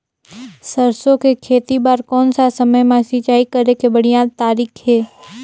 सरसो के खेती बार कोन सा समय मां सिंचाई करे के बढ़िया तारीक हे?